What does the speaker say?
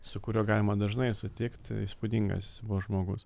su kuriuo galima dažnai sutikt įspūdingas žmogus